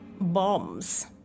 bombs